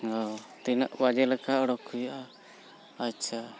ᱚ ᱛᱤᱱᱟᱹᱜ ᱵᱟᱡᱮ ᱞᱮᱠᱟ ᱚᱰᱳᱠ ᱦᱩᱭᱩᱜᱼᱟ ᱟᱪᱪᱷᱟ